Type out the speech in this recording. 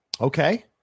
Okay